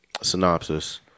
Synopsis